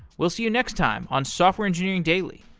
we'll see you next time on software engineering daily